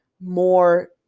more